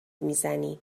میزنی